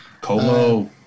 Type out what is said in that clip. Colo